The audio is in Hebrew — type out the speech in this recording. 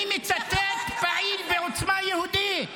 אני מצטט פעיל בעוצמה יהודית.